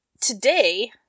today